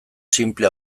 sinple